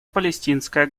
палестинское